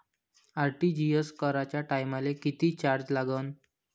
RTGS कराच्या टायमाले किती चार्ज लागन?